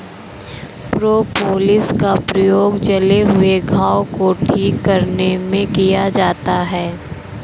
propolis का प्रयोग जले हुए घाव को ठीक करने में किया जाता है